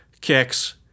kicks